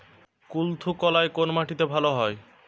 কুলত্থ কলাই কোন মাটিতে ভালো হয়?